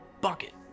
bucket